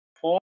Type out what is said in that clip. four